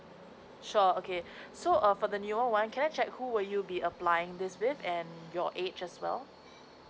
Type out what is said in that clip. sure okay so err for the new one can I check who will you be applying this with and your age as well